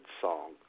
song